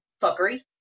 fuckery